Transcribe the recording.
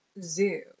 Zoo